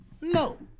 no